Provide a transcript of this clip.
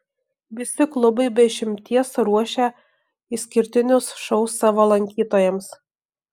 visi klubai be išimties ruošia išskirtinius šou savo lankytojams